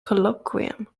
colloquium